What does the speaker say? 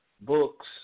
books